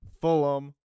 Fulham